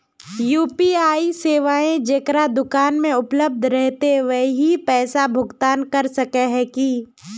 UPI सेवाएं जेकरा दुकान में उपलब्ध रहते वही पैसा भुगतान कर सके है की?